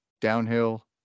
downhill